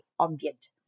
ambient